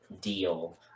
deal